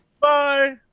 Bye